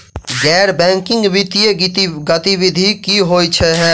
गैर बैंकिंग वित्तीय गतिविधि की होइ है?